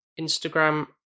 Instagram